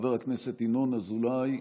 חבר הכנסת ינון אזולאי,